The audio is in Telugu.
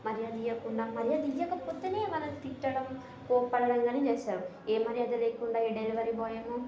మర్యాద ఇవ్వకుండా మర్యాద ఇవ్వకపోతేనే ఏమైనా తిట్టడం కోప్పడటం కానీ చేస్తారు ఏ మర్యాద లేకుండా డెలివరీ బాయ్ ఏమో